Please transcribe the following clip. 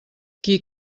qui